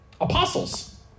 Apostles